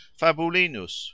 Fabulinus